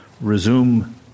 resume